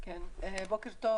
בוקר טוב,